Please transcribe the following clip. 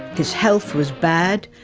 his health was bad,